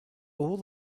all